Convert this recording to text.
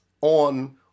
on